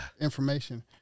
information